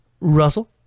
Russell